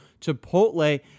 Chipotle